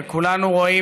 וכולנו רואים,